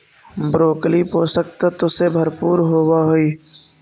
broccoli पोषक तत्व से भरपूर होवऽ हइ